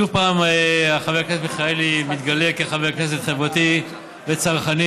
שוב חבר הכנסת מלכיאלי מתגלה כחבר כנסת חברתי וצלחני,